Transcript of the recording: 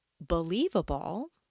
believable